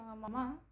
Mama